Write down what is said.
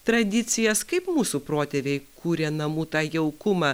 tradicijas kaip mūsų protėviai kūrė namų tą jaukumą